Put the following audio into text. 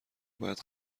باید